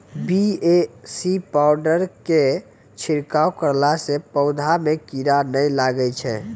BAC powder के छिड़काव करला से पौधा मे कीड़ा नैय लागै छै?